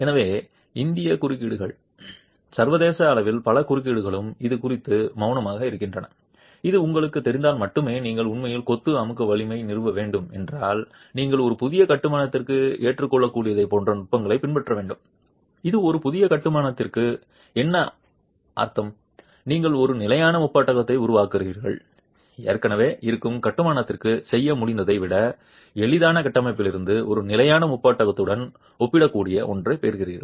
எனவே இந்திய குறியீடுகள் சர்வதேச அளவில் பல குறியீடுகளும் இது குறித்து மௌனமாக இருக்கின்றன இது உங்களுக்குத் தெரிந்தால் மட்டுமே நீங்கள் உண்மையில் கொத்து அமுக்க வலிமையை நிறுவ வேண்டும் என்றால் நீங்கள் ஒரு புதிய கட்டுமானத்திற்கு ஏற்றுக்கொள்ளக்கூடியதைப் போன்ற நுட்பங்களை பின்பற்ற வேண்டும் இது ஒரு புதிய கட்டுமானத்திற்கு என்ன அர்த்தம் நீங்கள் ஒரு நிலையான முப்பட்டகத்தை உருவாக்குவீர்கள் ஏற்கனவே இருக்கும் கட்டுமானத்திற்கு செய்ய முடிந்ததை விட எளிதான கட்டமைப்பிலிருந்து ஒரு நிலையான முப்பட்டகத்துடன் ஒப்பிடக்கூடிய ஒன்றைப் பெறுங்கள்